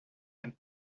and